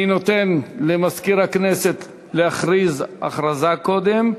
אני נותן למזכיר הכנסת להודיע הודעה קודם.